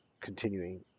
continuing